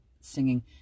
singing